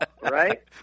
right